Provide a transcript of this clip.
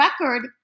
record